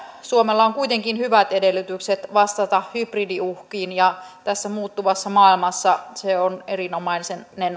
suomella on on kuitenkin hyvät edellytykset vastata hybridiuhkiin ja tässä muuttuvassa maailmassa se on erinomainen